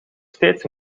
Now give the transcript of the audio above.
steeds